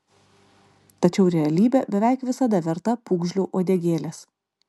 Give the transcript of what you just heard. tačiau realybė beveik visada verta pūgžlio uodegėlės